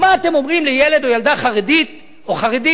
מה אתם אומרים לילד חרדי או לילדה חרדית?